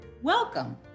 Welcome